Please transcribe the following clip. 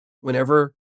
Whenever